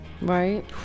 right